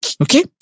Okay